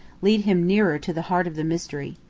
lead him nearer to the heart of the mystery.